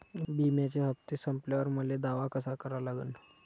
बिम्याचे हप्ते संपल्यावर मले दावा कसा करा लागन?